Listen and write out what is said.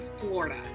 florida